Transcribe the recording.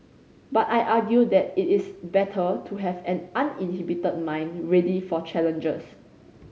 but I argue that it is better to have an uninhibited mind ready for challenges